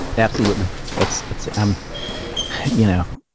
absolutely that's that's, um you know,